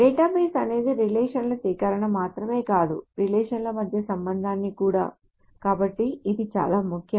database అనేది relation ల సేకరణ మాత్రమే కాదు రిలేషన్ ల మధ్య సంబంధాలు కూడా కాబట్టి ఇది చాలా ముఖ్యం